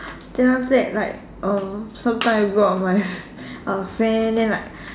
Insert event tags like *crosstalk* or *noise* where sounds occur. then after that like uh sometimes I go out with my *laughs* uh my friend then like